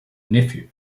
nephew